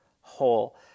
whole